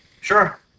Sure